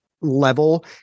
level